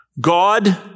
God